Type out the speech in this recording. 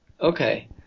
Okay